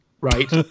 right